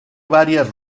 varias